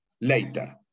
later